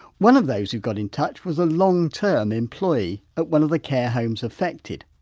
one of those who got in touch was a long-term employee at one of the care homes affected.